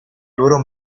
loro